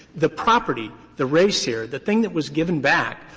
the property, the res here, the thing that was given back,